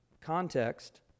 context